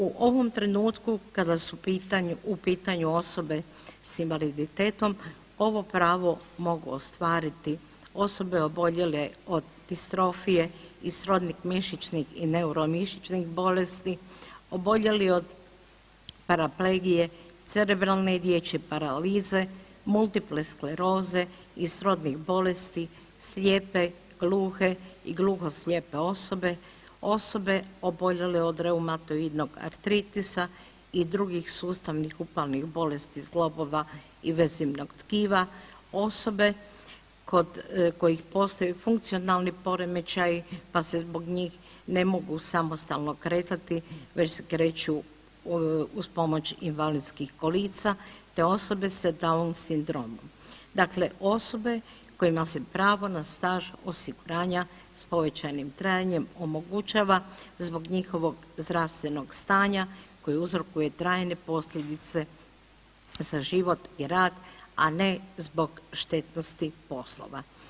U ovom trenutku kad su u pitanju, u pitanju osobe s invaliditetom ovo pravo mogu ostvariti osobe oboljele od distrofije i srodnih mišićnih i neuromišićnih bolesti, oboljeli od paraplegije, cerebralne i dječje paralize, multiple skleroze i srodnih bolesti, slijepe, gluhe i gluhoslijepe osobe, osobe oboljele od reumatoidnog artritisa i drugih sustavnih upalnih bolesti zglobova i vezivnog tkiva, osobe kod koji postoje funkcionalni poremećaji, pa se zbog njih ne mogu samostalno kretati već se kreću uz pomoć invalidskih kolica, te osobe sa down sindromom, dakle osobe kojima se pravo na staž osiguranja s povećanim trajanjem omogućava zbog njihovog zdravstvenog stanja koje uzrokuje trajne posljedice za život i rad, a ne zbog štetnosti poslova.